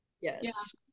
Yes